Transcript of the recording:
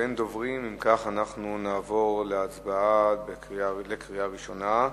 באין דוברים, אנחנו נעבור להצבעה בקריאה ראשונה.